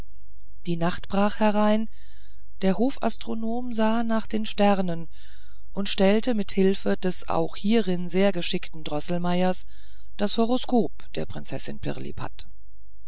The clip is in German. die nacht brach herein der hofastronom sah nach den sternen und stellte mit hilfe des auch hierin sehr geschickten droßelmeiers das horoskop der prinzessin pirlipat